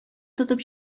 тотып